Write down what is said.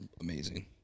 amazing